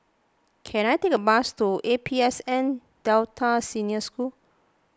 can I take a bus to A P S N Delta Senior School